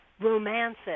romances